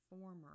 former